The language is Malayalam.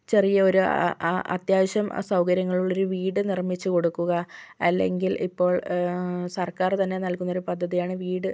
ചെറിയ ഒര് അ അത്യാവശ്യം സൗകര്യങ്ങളുള്ളൊരു വീട് നിർമ്മിച്ച് കൊടുക്കുക അല്ലെങ്കിൽ ഇപ്പോൾ സർക്കാർ തന്നെ നൽകുന്നൊരു പദ്ധതിയാണ് വീട്